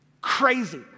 Crazy